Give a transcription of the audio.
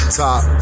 top